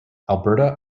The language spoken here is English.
alberta